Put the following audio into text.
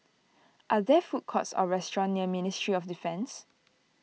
are there food courts or restaurants near Ministry of Defence